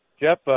Jeff